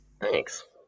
Thanks